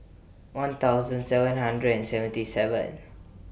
one thousand seven hundred and seventy seven